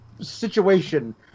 situation